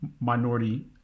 minority